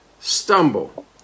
stumble